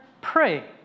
pray